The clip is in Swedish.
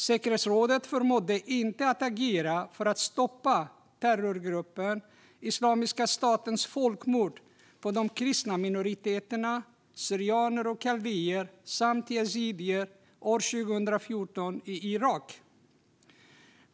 Säkerhetsrådet förmådde inte att agera för att stoppa terrorgruppen Islamiska statens folkmord på de kristna minoriteterna syrianer och kaldéer samt på yazidier i Irak 2014.